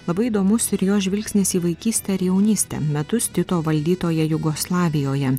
labai įdomus ir jos žvilgsnis į vaikystę ir jaunystę metus tito valdytoje jugoslavijoje